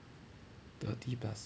thirty plus